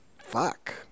Fuck